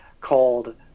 called